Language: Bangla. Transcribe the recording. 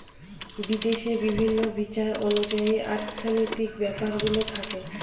বিদেশে বিভিন্ন বিচার অনুযায়ী অর্থনৈতিক ব্যাপারগুলো থাকে